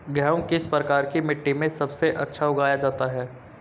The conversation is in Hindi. गेहूँ किस प्रकार की मिट्टी में सबसे अच्छा उगाया जाता है?